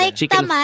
chicken